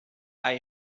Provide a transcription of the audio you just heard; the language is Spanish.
hay